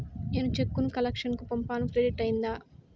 నేను చెక్కు ను కలెక్షన్ కు పంపాను క్రెడిట్ అయ్యిందా